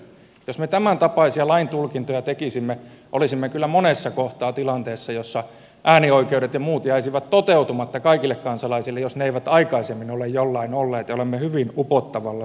jos me tämäntapaisia laintulkintoja tekisimme olisimme kyllä monessa kohtaa tilanteessa jossa äänioikeudet ja muut jäisivät toteutumatta kaikille kansalaisille jos ne eivät aikaisemmin ole jollain olleet ja olemme hyvin upottavalla suolla